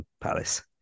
palace